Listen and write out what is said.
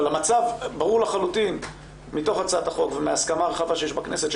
אבל ברור לחלוטין מתוך הצעת החוק ומהסכמה רחבה שיש בכנסת,